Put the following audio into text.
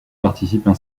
participent